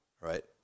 right